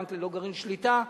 בנק ללא גרעין שליטה,